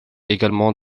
également